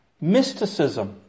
mysticism